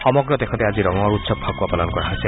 সমগ্ৰ দেশতে আজি ৰঙৰ উৎসৱ ফাকৱা পালন কৰা হৈছে